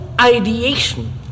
ideation